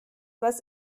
was